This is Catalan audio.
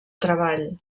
treball